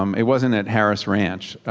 um it wasn't at harris ranch,